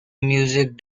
music